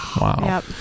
wow